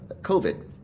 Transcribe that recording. COVID